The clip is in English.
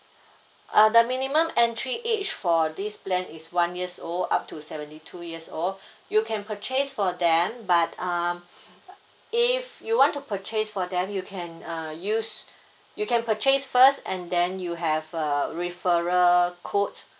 uh the minimum entry age for this plan is one years old up to seventy two years old you can purchase for them but um if you want to purchase for them you can uh use you can purchase first and then you have a referral code